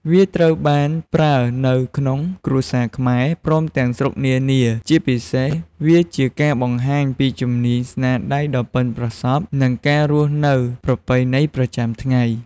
វាត្រូវបានប្រើនៅក្នុងគ្រួសារខ្មែរ ព្រមទាំងស្រុកនានា ជាពិសេសវាជាការបង្ហាញពីជំនាញស្នាដៃដ៏បុិនប្រសព្វ និងការរស់នៅប្រពៃណីប្រចាំថ្ងៃ។